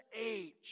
age